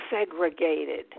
segregated